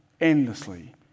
endlessly